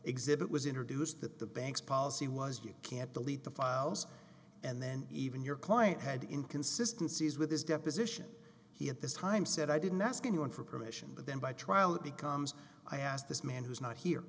exhibit was introduced that the bank's policy was you can't delete the files and then even your client had in consistencies with his deposition he at this time said i didn't ask anyone for permission but then by trial it becomes i asked this man who's not here